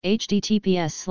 https